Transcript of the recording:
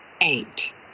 eight